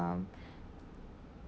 um